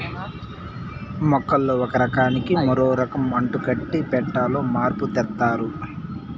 మొక్కల్లో ఒక రకానికి మరో రకం అంటుకట్టి పెట్టాలో మార్పు తెత్తారు